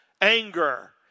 anger